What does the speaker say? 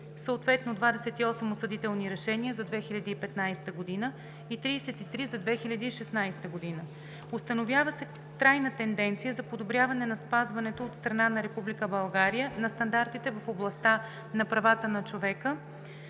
съответно 28 осъдителни решения за 2015 г. и 33 за 2016 г. Установява се трайна тенденция за подобряване на спазването от страна на Република България на стандартите в областта на правата на човека,